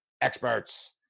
experts